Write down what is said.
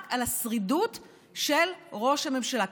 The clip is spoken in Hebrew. רק על השרידות של ראש הממשלה.